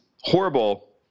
horrible